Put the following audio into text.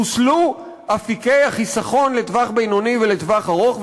חוסלו אפיקי החיסכון לטווח בינוני ולטווח ארוך,